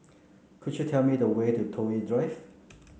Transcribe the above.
could you tell me the way to Toh Yi Drive